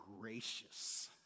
gracious